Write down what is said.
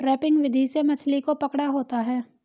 trapping विधि से मछली को पकड़ा होता है